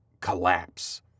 collapse